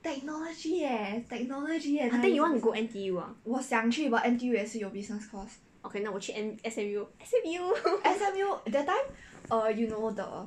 technology leh technology leh 我想去 but N_T_U 也是有 business course S_M_U that time err you know the